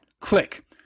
Click